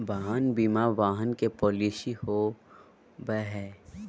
वाहन बीमा वाहन के पॉलिसी हो बैय हइ